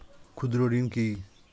ক্ষুদ্র ঋণ কি?